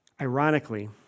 Ironically